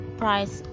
price